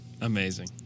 Amazing